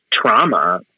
trauma